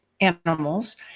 animals